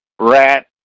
rat